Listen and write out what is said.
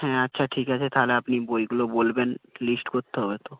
হ্যাঁ আচ্ছা ঠিক আছে তাহলে আপনি বইগুলো বলবেন লিস্ট করতে হবে তো